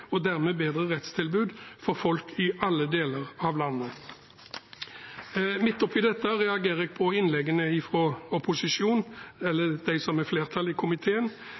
og dermed bedre rettstilbud for folk i alle deler av landet. Mitt oppe i dette reagerer jeg på innleggene fra opposisjonen, eller dem som er i flertall i komiteen.